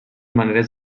maneres